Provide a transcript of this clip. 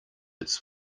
its